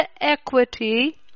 equity